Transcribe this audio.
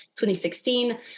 2016